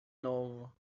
novo